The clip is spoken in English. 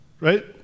right